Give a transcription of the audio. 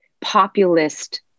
populist